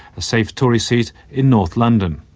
a safe tory seat in north london.